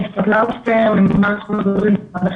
בנוסף להדרכות שנסגרו עם חברת מד"א,